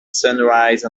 sunrise